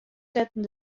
setten